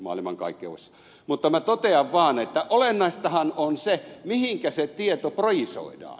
mutta minä totean vaan että olennaistahan on se mihinkä se tieto projisoidaan